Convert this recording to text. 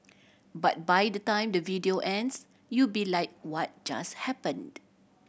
but by the time the video ends you'll be like what just happened